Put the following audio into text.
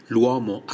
L'uomo